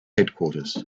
headquarters